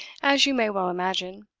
as you may well imagine.